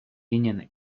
ginen